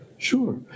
Sure